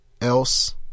else